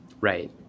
Right